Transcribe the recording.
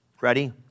Ready